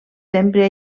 sempre